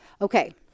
Okay